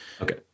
Okay